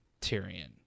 Tyrion